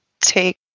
take